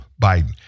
Biden